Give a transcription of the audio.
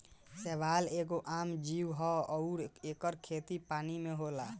शैवाल एगो आम जीव ह अउर एकर खेती पानी में होला